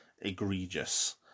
egregious